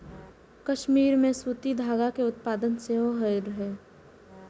कश्मीर मे सूती धागा के उत्पादन सेहो होइत रहै